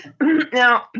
now